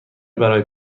برای